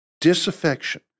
disaffection